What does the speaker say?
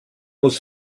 muss